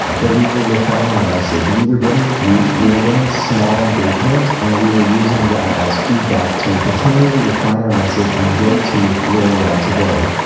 but we were refining our message. we were getting reach. we were getting small engagement. and we were using that as feedback to continually refine our message and get to where we are today.